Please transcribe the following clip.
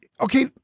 okay